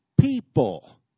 people